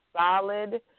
solid